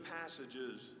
passages